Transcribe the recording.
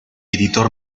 editor